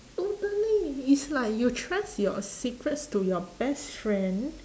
totally is like you trust your secrets to your best friend